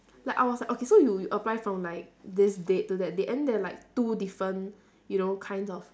like I was like okay so you apply from like this date to that date and then there are like two different you know kinds of